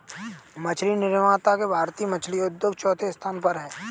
मछली निर्यात में भारतीय मछली उद्योग चौथे स्थान पर है